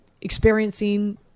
experiencing